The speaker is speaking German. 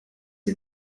sie